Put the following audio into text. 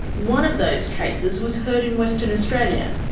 one of those cases was heard in western australia.